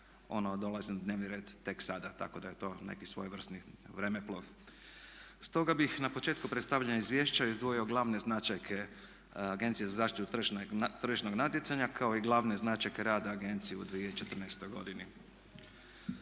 ono dolazi na dnevni red tek sada, tako da je to neki svojevrsni vremeplov. Stoga bih na početku predstavljanja izvješća izdvojio glavne značajke Agencije za zaštitu tržišnog natjecanja kao i glavne značajke rada Agencije u 2014. godini.